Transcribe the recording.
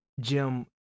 Jim